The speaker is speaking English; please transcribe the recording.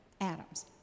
adams